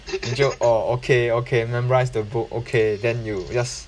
你就 orh okay okay memorize the book okay then you just